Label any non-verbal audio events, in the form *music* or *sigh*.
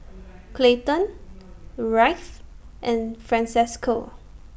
*noise* Clayton Wright and Francesco